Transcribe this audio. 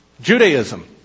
Judaism